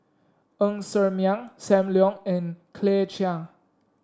Ng Ser Miang Sam Leong and Claire Chiang